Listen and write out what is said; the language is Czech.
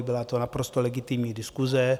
Byla to naprosto legitimní diskuse.